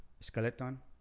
Skeleton